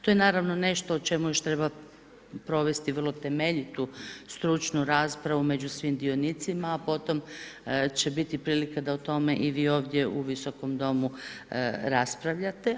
To je naravno nešto o čemu još treba provesti vrlo temeljitu stručnu raspravu među svim dionicima, a potom će biti prilika da o tome i vi ovdje u Visokom domu raspravljate.